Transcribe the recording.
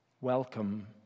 Welcome